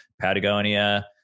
Patagonia